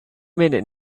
minute